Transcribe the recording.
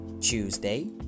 Tuesday